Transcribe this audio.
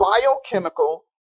biochemical